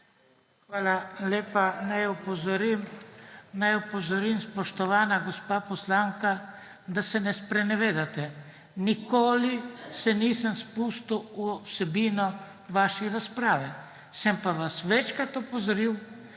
Hvala lepa. Naj opozorim, spoštovana gospa poslanka, da se ne sprenevedajte. Nikoli se nisem spustil v vsebino vaše razprave, sem vas pa večkrat opozoril,